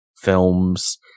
films